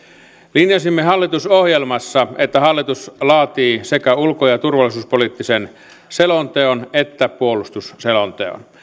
linjasimme hallitusohjelmassa että hallitus laatii sekä ulko ja turvallisuuspoliittisen selonteon että puolustusselonteon